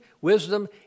Wisdom